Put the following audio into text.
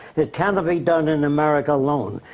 it cannot be done in america alone.